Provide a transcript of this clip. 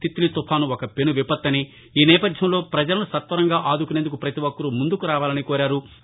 తిత్లీ తుపాను ఒక పెను విపత్తు అని ఈ నేపధ్యంలో పజలను సత్వరంగా ఆదుకొనేందుకు పతి ఒక్కరూ ముందుకు రావాలని కోరారు